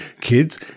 kids